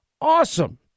Awesome